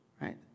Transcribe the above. right